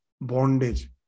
bondage